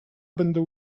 będę